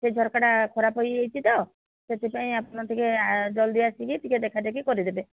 ସେ ଝରକାଟା ଖରାପ ହୋଇଯାଇଛି ତ ସେଥିପାଇଁ ଆପଣ ଟିକେ ଜଲଦି ଆସିକି ଟିକେ ଦେଖାଦେଖି କରିଦେବେ